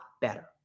better